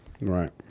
Right